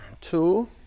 Two